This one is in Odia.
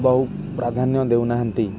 ବହୁ ପ୍ରାଧାନ୍ୟ ଦେଉନାହାନ୍ତି